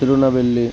తిరువనవెల్లి